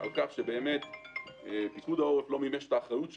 על כך שפיקוד העורף לא מימש את האחריות שלו,